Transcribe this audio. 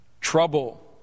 trouble